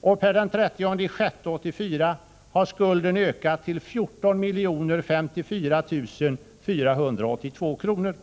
och per den 30 juni 1984 har skulden ökat till 14 054 482 kr.